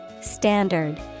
Standard